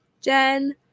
Jen